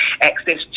access